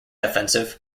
offensive